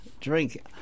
drink